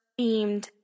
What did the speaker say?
themed